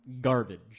garbage